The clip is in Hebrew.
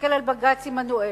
תסתכל על בג"ץ עמנואל,